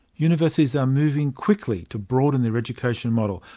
universities are moving quickly to broaden their education model,